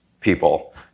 people